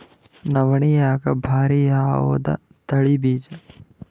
ನವಣಿಯಾಗ ಭಾರಿ ಯಾವದ ತಳಿ ಬೀಜ?